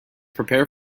prepare